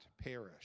perish